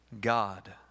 God